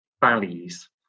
Valleys